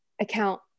account